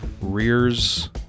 rears